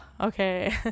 okay